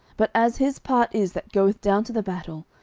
but as his part is that goeth down to the battle,